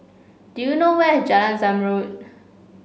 do you know where is Jalan Zamrud